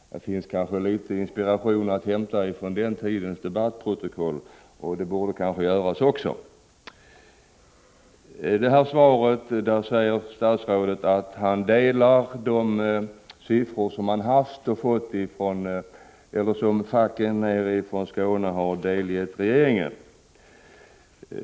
Det kanske finns inspiration att hämta från den tidens debattprotokoll. I svaret säger statsrådet att han har tagit del av de siffror som LO och TCO-facken i Skåne har tillställt regeringen.